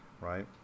right